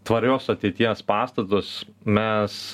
tvarios ateities pastatus mes